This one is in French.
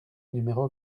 numéro